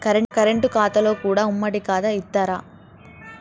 Current ఖాతాలో కూడా ఉమ్మడి ఖాతా ఇత్తరా?